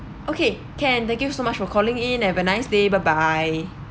okay can thank you so much for calling in have a nice day bye bye